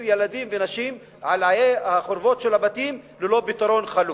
ילדים ונשים על עיי החורבות של הבתים ללא פתרון חלופי.